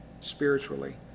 spiritually